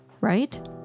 right